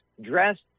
dressed